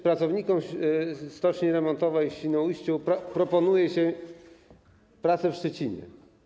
Pracownikom stoczni remontowej w Świnoujściu proponuje się pracę w Szczecinie.